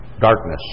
Darkness